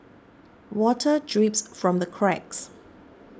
water drips from the cracks